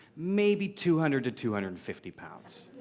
maybe two hundred to two hundred and fifty pounds.